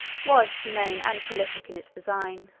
was humane and politic in its design,